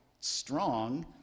strong